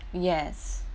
yes